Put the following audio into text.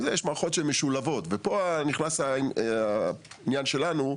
ויש גם מערכות משולבות, שפה נכנס העניין שלנו.